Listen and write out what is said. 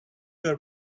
your